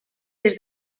des